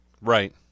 Right